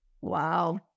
Wow